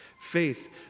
faith